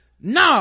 no